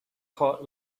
court